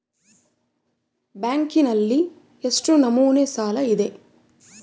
ಬ್ಯಾಂಕಿನಲ್ಲಿ ಎಷ್ಟು ನಮೂನೆ ಸಾಲ ಇದೆ?